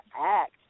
act